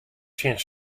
tsjin